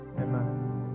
Amen